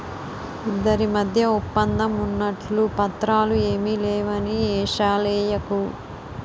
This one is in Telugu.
ఇద్దరి మధ్య ఒప్పందం ఉన్నట్లు పత్రాలు ఏమీ లేవని ఏషాలెయ్యకు